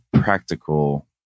practical